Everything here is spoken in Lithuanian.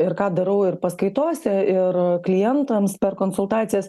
ir ką darau ir paskaitose ir klientams per konsultacijas